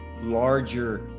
larger